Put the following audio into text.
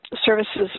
services